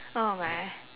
oh my